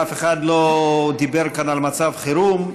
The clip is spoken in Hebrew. ואף אחד לא דיבר כאן על מצב חירום.